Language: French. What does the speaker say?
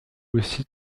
aussi